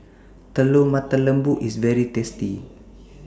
Telur Mata Lembu IS very tasty